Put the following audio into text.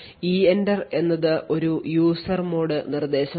EENTER എന്നത് ഒരു user mode നിർദ്ദേശമാണ്